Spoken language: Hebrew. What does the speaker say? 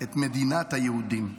את מדינת היהודים.